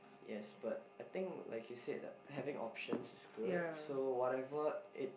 yes but I think like you said that having option is good so whatever it